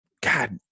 God